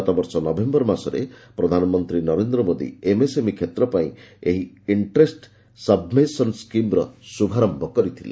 ଗତବର୍ଷ ନଭେମ୍ଘର ମାସରେ ପ୍ରଧାନମନ୍ତ୍ରୀ ନରେନ୍ଦ୍ର ମୋଦୀ ଏମ୍ଏସ୍ଏମ୍ଇ କ୍ଷେତ୍ର ପାଇଁ ଏହି ଇଣ୍ଟ୍ରେଷ୍ଟ୍ ସଭ୍ଭେନସନ୍ ସ୍କିମ୍ର ଶୁଭାରୟ କରିଥିଲେ